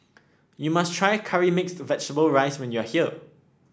you must try Curry Mixed Vegetable rice when you are here